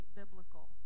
biblical